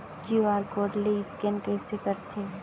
QR code ले scan कइसे करथे?